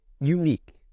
unique